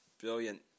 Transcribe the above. Brilliant